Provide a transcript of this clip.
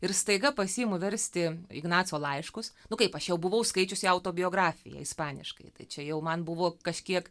ir staiga pasiimu versti ignaco laiškus nu kaip aš jau buvau skaičiusi jo autobiografiją ispaniškai tai čia jau man buvo kažkiek